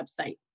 website